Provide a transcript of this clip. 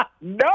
No